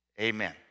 Amen